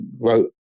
wrote